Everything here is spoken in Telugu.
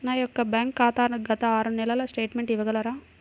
నా యొక్క బ్యాంక్ ఖాతా గత ఆరు నెలల స్టేట్మెంట్ ఇవ్వగలరా?